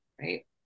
right